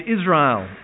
Israel